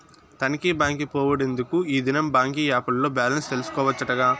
తనీగా బాంకి పోవుడెందుకూ, ఈ దినం బాంకీ ఏప్ ల్లో బాలెన్స్ తెల్సుకోవచ్చటగా